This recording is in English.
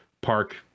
park